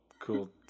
cool